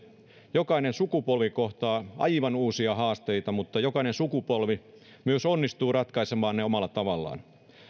jokainen sukupolvi kohtaa aivan uusia haasteita mutta jokainen sukupolvi myös onnistuu ratkaisemaan ne omalla tavallaan